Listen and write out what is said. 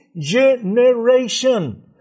generation